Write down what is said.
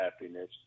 happiness